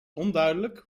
onduidelijk